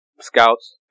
scouts